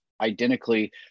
identically